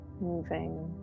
moving